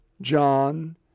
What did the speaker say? John